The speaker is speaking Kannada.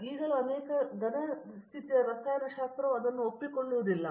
ಈಗಲೂ ಅನೇಕ ಘನ ಸ್ಥಿತಿಯ ರಸಾಯನಶಾಸ್ತ್ರವು ಅದನ್ನು ಒಪ್ಪಿಕೊಳ್ಳುವುದಿಲ್ಲ